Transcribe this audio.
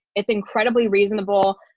it's incredibly reasonable.